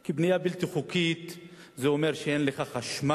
כי בנייה בלתי חוקית זה אומר שאין לך חשמל,